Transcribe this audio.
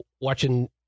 watching